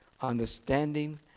understanding